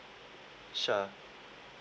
sure